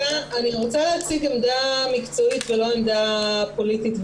רוצה להציג בדיון הזה עמדה מקצועית ולא עמדה פוליטית.